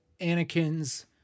Anakin's